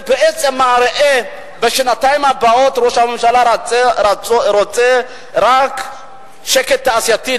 זה בעצם מראה שבשנתיים הבאות ראש הממשלה רוצה רק שקט תעשייתי,